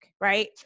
Right